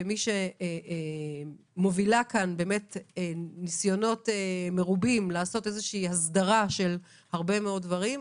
כמי שמובילה כאן ניסיונות מרובים לעשות הסדרה של הרבה מאוד דברים,